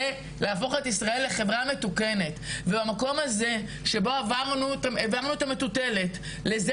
זה להפוך את ישראל לחברה מתוקנת והמקום הזה שבו העברנו את המטוטלת לזה